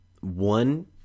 one